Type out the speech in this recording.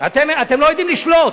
אתם לא יודעים לשלוט.